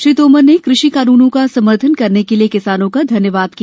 श्री तोमर ने कृषि कानूनों का समर्थन करने के लिए किसानों का धन्यवाद किया